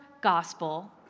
Gospel